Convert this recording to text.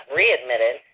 readmitted